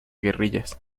guerrillas